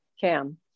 cam